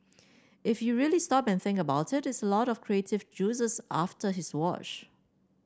if you really stop and think about it that's a lot of creative juices after his watch